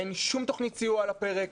אין שום תוכנית סיוע על הפרק,